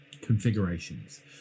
configurations